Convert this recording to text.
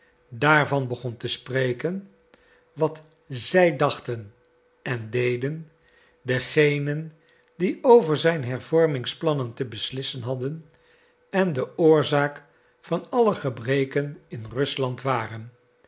daarvan begon te spreken wat zij dachten en deden degenen die over zijn hervormingsplannen te beslissen hadden en de oorzaak van alle gebreken in rusland waren